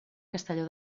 castelló